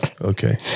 Okay